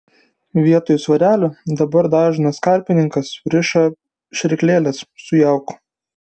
vietoj svarelių dabar dažnas karpininkas riša šėryklėles su jauku